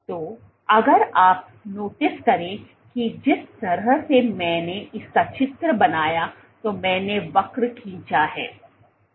तो अगर आप नोटिस करें कि जिस तरह से मैंने इसका चित्र बनाया तो मैंने वक्र खींचा है